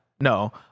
No